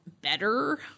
better